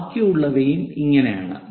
ബാക്കിയുള്ളവയും ഇങ്ങനെയാണ്